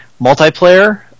multiplayer